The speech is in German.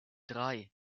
drei